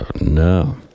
No